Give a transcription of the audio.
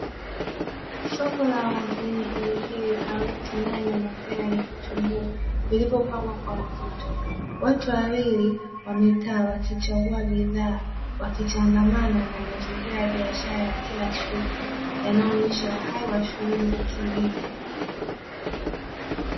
Soko la wazi lenye; pilipili, karoti, nyanya ,mapera na vitunguu vilivyopangwa kwa mvuto. Watu wawili wamekaa wakichagua bidhaa, wakichangamana na mazingira ya biashara ya kila siku, yanayoonyesha uhai wa shughuli za kilimo.